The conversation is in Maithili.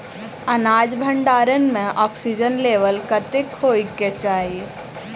अनाज भण्डारण म ऑक्सीजन लेवल कतेक होइ कऽ चाहि?